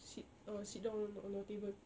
sit ah sit down on our table